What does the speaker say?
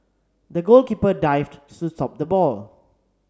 the goalkeeper dived to stop the ball